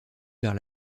vers